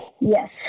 Yes